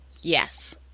Yes